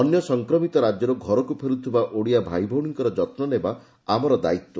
ଅନ୍ୟ ସଂକ୍ରମିତ ରାକ୍ୟରୁ ଘରକୁ ଫେରୁଥିବା ଓଡ଼ିଆ ଭାଇଭଉଶୀଙ୍କର ଯତ୍ ନେବା ଆମର ଦାୟିତ୍ୱ